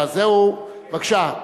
בבקשה,